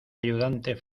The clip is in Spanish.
ayudante